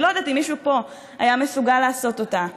אני לא יודעת אם מישהו פה היה מסוגל לעשות אותה,